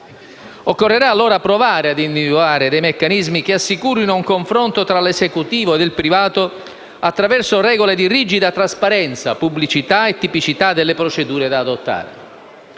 Occorrerà, allora, provare a individuare meccanismi che assicurino un confronto tra l'Esecutivo ed il privato attraverso regole di rigida trasparenza, pubblicità e tipicità delle procedure da adottare.